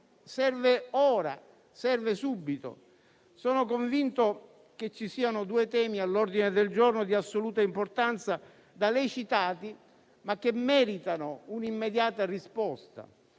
seve ora e serve subito. Io sono convinto che vi siano due temi all'ordine del giorno di assoluta importanza, da lei citati, ma che meritano un'immediata risposta.